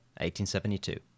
1872